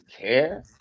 care